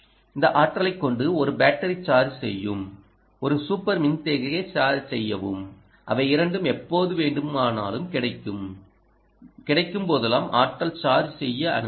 இந்த ஆற்றலைக் கொண்டு ஒரு பேட்டரி சார்ஜ் செய்யும் ஒரு சூப்பர் மின்தேக்கியை சார்ஜ் செய்யும் அவை இரண்டும் எப்போது வேண்டுமானாலும் கிடைக்கும் போதெல்லாம் ஆற்றல் சார்ஜ் செய்ய அனுமதிக்கும்